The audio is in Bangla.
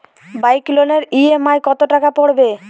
বাইক লোনের ই.এম.আই কত টাকা পড়বে?